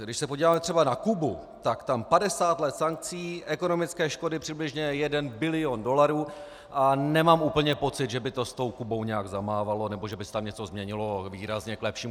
Když se podíváme třeba na Kubu, tak tam 50 let sankcí, ekonomické škody přibližně jeden bilion dolarů a nemám úplně pocit, že by to s tou Kubou nějak zamávalo nebo že by se tam něco změnilo výrazně k lepšímu.